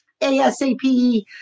ASAP